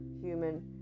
human